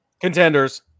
Contenders